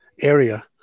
area